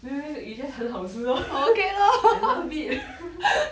it's just 很好吃咯 I love it